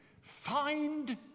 Find